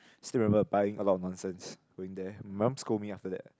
still remember buying a lot of nonsense going there my mum scold me after that